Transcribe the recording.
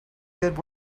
good